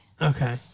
Okay